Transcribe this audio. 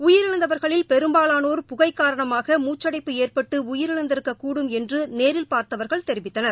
ஹோட்டலில் இருந்த பெரும்பாலானோர் புகை காரணமாக முச்சடைப்பு ஏற்பட்டு உயிரிழந்திருக்கக் கூடும் என்று நேரில் பார்த்தவர்கள் தெரிவித்தனர்